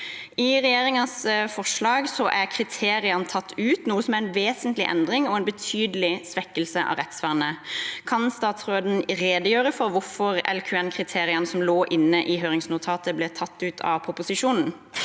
I regjeringens forslag er kriteriene tatt ut, noe som er en vesentlig endring, og en betydelig svekkelse av rettsvernet. Kan statsråden redegjøre for hvorfor kriteriene fra La Quadrature du Net-avgjørelsen, som lå inne i høringsnotatet, ble tatt ut av proposisjonen?